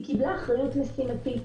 היא קיבלה אחריות משימתית.